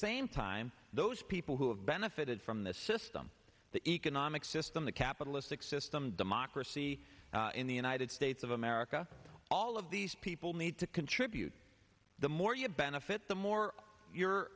same time those people who have benefited from the system the economic system the capitalistic system democracy in the united states of america all of these people need to contribute the more you benefit the more you're